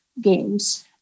games